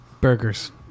burgers